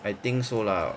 I think so lah